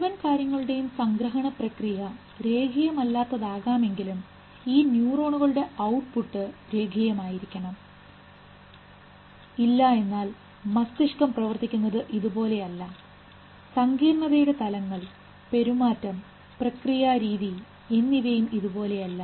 മുഴുവൻ കാര്യങ്ങളുടെയും സംഗ്രഹണ പ്രക്രിയ രേഖീയമല്ലാത്തതാകാമെങ്കിലും ഈ ന്യൂറോണുകളുടെ ഔട്ട്പുട്ട് രേഖീയമായിരിക്കണം ഇല്ല എന്നാൽ മസ്തിഷ്കം പ്രവർത്തിക്കുന്നത് ഇതുപോലെ അല്ല സങ്കീർണ്ണതയുടെ തലങ്ങൾപെരുമാറ്റം പ്രക്രിയ രീതി എന്നിവയും ഇതു പോലെയല്ല